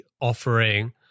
offering